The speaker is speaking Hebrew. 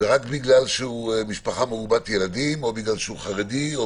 רק בגלל שהוא ממשפחה מרובת ילדים או בגלל שהוא חרדי או